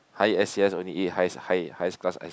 high S_E_S only eat high high high class ice cream